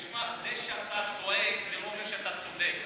תשמע, זה שאתה צועק זה לא אומר שאתה צודק.